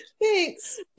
Thanks